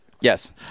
Yes